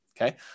okay